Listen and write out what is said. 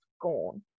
gone